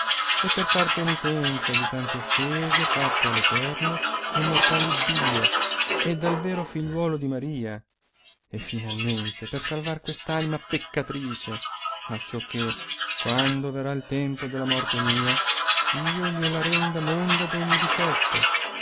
e far penitenza di tante offese fatte all eterno e immortai iddio ed al vero figliuolo di maria e finalmente per salvar quest'anima peccatrice acciò che quando verrà il tempo della morte mia io glie la renda monda d ogni difetto